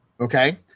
okay